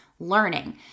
learning